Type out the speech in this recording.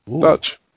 Dutch